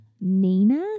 Nina